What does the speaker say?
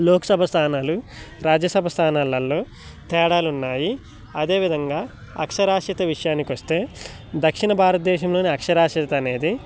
లోక్సభ స్థానాలు రాజ్యసభ స్థానాలల్లో తేడాలున్నాయి అదేవిధంగా అక్షరాశ్యత విషయానికొస్తే దక్షిణ భారతదేశంలోని అక్షరాశ్యత అనేది